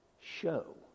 show